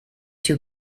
two